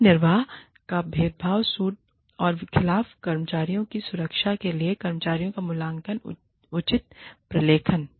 गलत निर्वहन या भेदभाव सूट के खिलाफ कर्मचारियों की सुरक्षा के लिए कर्मचारी मूल्यांकन का उचित प्रलेखन